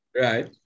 Right